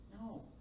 No